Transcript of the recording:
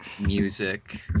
music